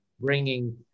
bringing